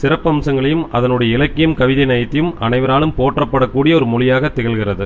சிறப்பம்சங்களையும் அதனுடைய இலக்கியம் கவிதை நயத்தையும் அனைவராலும் போற்றப்படக்கூடிய ஒரு மொழியாக திகழ்கிறது